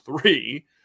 three